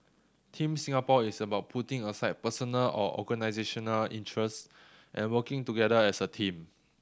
Team Singapore is about putting aside personal or organisational interest and working together as a team